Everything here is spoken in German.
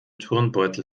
turnbeutel